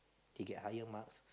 he get higher marks